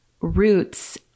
roots